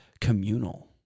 communal